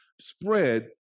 spread